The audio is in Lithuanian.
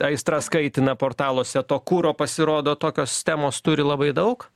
aistras kaitina portaluose to kuro pasirodo tokios temos turi labai daug